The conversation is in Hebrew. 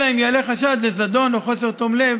אלא אם כן יעלה חשד לזדון או חוסר תום לב